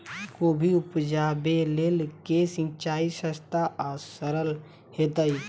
कोबी उपजाबे लेल केँ सिंचाई सस्ता आ सरल हेतइ?